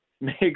Makes